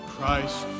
Christ